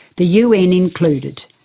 the un included.